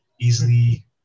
Easily